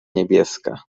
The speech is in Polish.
niebieska